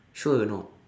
sure or not